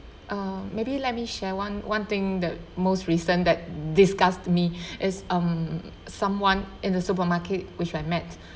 uh maybe let me share one one thing that most recent that disgusts me is um someone in the supermarket which I met